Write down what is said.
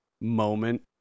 moment